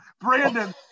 Brandon